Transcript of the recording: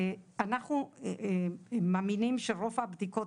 אנחנו מאמינים שרוב הבדיקות